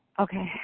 Okay